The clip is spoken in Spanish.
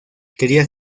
quería